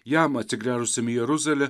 jam atsigręžusiam į jeruzalę